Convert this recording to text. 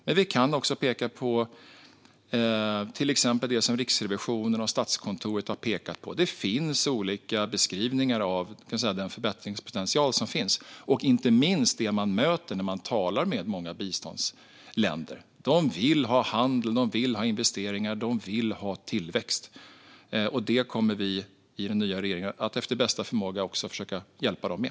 Jag kan till exempel hänvisa till det som Riksrevisionen och Statskontoret har pekat på. Man möter olika beskrivningar av den förbättringspotential som finns, inte minst när man talar med många biståndsländer. De vill ha handel, investeringar och tillväxt, och detta kommer vi i den nya regeringen att efter bästa förmåga försöka hjälpa dem med.